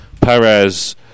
Perez